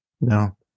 No